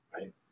right